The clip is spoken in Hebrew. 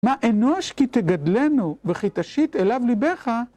"מה אנוש כי תגדלנו וכי תשית אליו ליבך"?